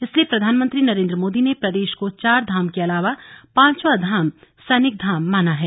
इसलिए प्रधानमंत्री नरेन्द्र मोदी ने प्रदेश को चारधाम के अलावा पांचवां धाम सैनिक धाम माना हैं